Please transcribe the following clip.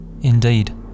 indeed